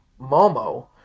Momo